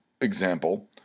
example